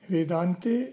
Vedante